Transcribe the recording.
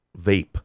vape